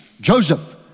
Joseph